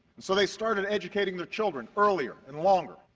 so they started educating children earlier and longer,